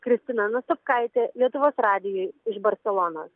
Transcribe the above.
kristina nastopkaitė lietuvos radijui iš barselonos